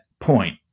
point